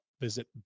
Visit